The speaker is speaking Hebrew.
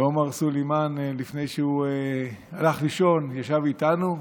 עומר סולימאן, לפני שהוא הלך לישון, ישב איתנו.